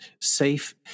safe